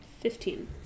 Fifteen